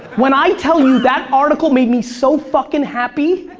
when i tell you that article made me so fucking happy,